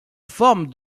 forme